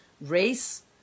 race